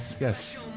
Yes